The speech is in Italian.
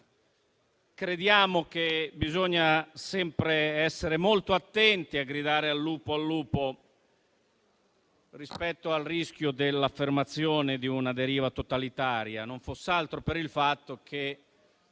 crediamo che bisogna sempre essere molto attenti a gridare "al lupo al lupo" rispetto al rischio dell'affermazione di una deriva totalitaria; non foss'altro per il fatto che,